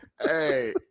hey